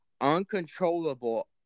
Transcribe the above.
uncontrollable